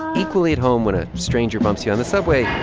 equally at home when a stranger bumps you on the subway.